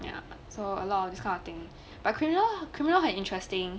ya so a lot of this kind of thing but criminal criminal 很 interesting